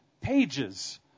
pages